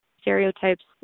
stereotypes